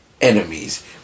enemies